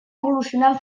evolucionant